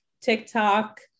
TikTok